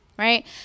Right